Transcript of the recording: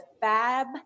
fab